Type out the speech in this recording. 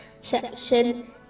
section